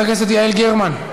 חברת הכנסת יעל גרמן,